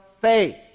faith